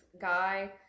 guy